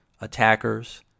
attackers